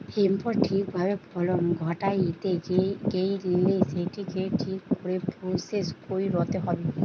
হেম্পের ঠিক ভাবে ফলন ঘটাইতে গেইলে সেটিকে ঠিক করে প্রসেস কইরতে হবে